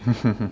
mm